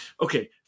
Okay